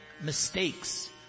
Mistakes